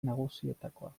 nagusietakoa